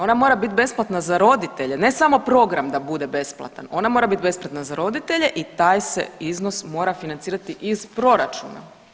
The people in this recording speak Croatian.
Ona mora biti besplatna za roditelje ne samo program da bude besplatan, ona mora besplatna za roditelje i taj se iznos mora financirati iz proračuna.